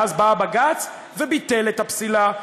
ואז בא הבג"ץ וביטל את הפסילה.